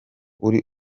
uri